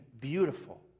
beautiful